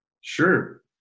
Sure